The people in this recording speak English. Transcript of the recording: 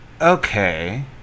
Okay